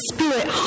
Spirit